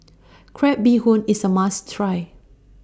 Crab Bee Hoon IS A must Try